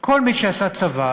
כל מי שעשה צבא